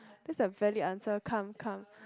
that's a valid answer come come